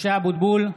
משה אבוטבול,